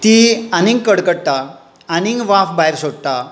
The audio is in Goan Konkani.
ती आनीक कडकडटा आनीक वाफ भायर सोडटा